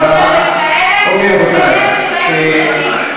לבין, ביטויים, יש הבדל בין כאלה, תודה.